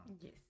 Yes